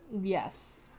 Yes